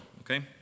okay